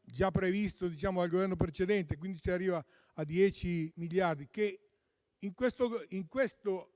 già previsto dal Governo precedente (quindi si arriva a 10 miliardi). In questo